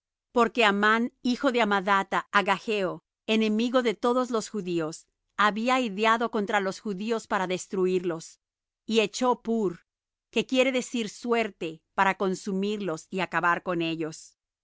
porque amán hijo de amadatha agageo enemigo de todos los judíos había ideado contra los judíos para destruirlos y echó pur que quiere decir suerte para consumirlos y acabar con ellos